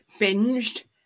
binged